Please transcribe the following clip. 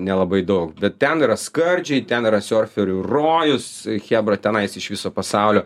nelabai daug bet ten yra skardžiai ten yra siorferių rojus chebra tenais iš viso pasaulio